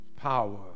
Power